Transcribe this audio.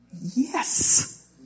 Yes